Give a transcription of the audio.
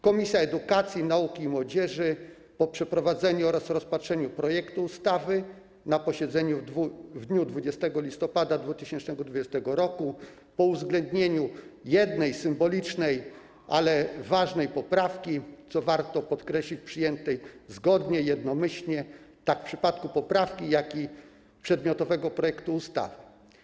Komisja Edukacji, Nauki i Młodzieży po rozpatrzeniu projektu ustawy na posiedzeniu w dniu 20 listopada 2020 r., po uwzględnieniu jednej, symbolicznej, ale ważnej poprawki, co warto podkreślić, przyjętej zgodnie, jednomyślnie, tak w przypadku poprawki, jak i przedmiotowego projektu ustawy.